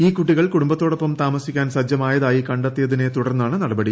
ഈ കൂട്ടികൾ കുടുംബത്തോടൊപ്പം താമസിക്കാൻ സജ്ജമായതായി കണ്ടെത്തിയതിനെ തുടർന്നാണ് നടപടി